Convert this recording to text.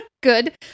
Good